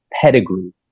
pedigree